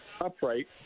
upright